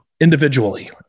Individually